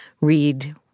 read